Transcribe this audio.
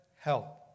help